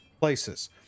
places